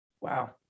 Wow